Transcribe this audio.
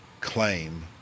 claim